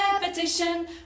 repetition